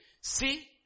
See